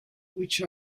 which